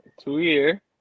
Two-year